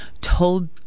told